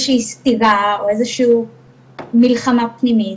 שהיא סתירה או איזה שהיא מלחמה פנימית,